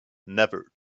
never